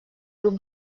grup